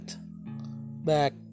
back